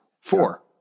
Four